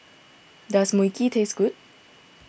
does Mui Kee taste good